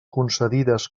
concedides